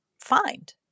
find